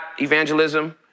evangelism